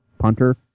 punter